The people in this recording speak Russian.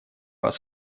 вас